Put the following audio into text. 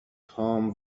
هام